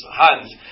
hands